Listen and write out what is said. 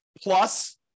plus